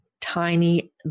tiny